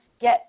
get